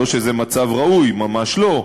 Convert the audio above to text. לא שזה מצב ראוי, ממש לא,